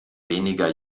weniger